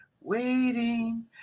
Waiting